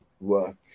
work